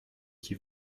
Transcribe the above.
qui